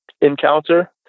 encounter